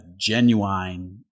genuine